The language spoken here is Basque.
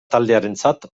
taldearentzat